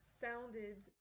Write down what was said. sounded